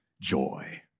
joy